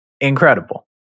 incredible